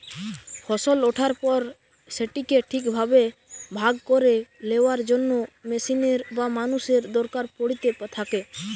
ফসল ওঠার পর সেটিকে ঠিক ভাবে ভাগ করে লেয়ার জন্য মেশিনের বা মানুষের দরকার পড়িতে থাকে